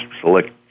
select